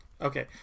Okay